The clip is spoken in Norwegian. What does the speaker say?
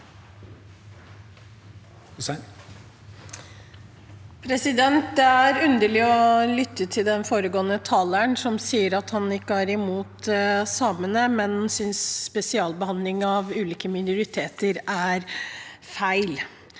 Det var underlig å lytte til den foregående taleren, som sa at han ikke er imot samene, men synes spesialbehandling av ulike minoriteter er feil.